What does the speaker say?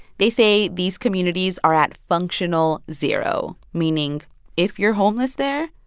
they say these communities are at functional zero, meaning if you're homeless there,